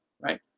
right